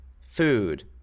food